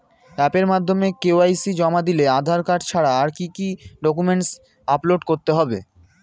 অ্যাপের মাধ্যমে কে.ওয়াই.সি জমা দিলে আধার কার্ড ছাড়া আর কি কি ডকুমেন্টস আপলোড করতে হবে?